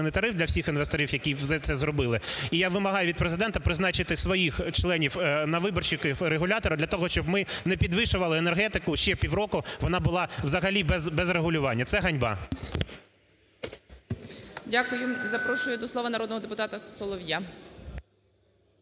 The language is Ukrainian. тариф для всіх інвесторів, які вже це зробили. І я вимагаю від Президента призначити своїх членів на виборщиків регулятора для того, щоб ми не підвішували енергетику, ще півроку вона була взагалі без регулювання, це ганьба. ГОЛОВУЮЧИЙ. Дякую. Запрошую до слова народного депутата Солов'я.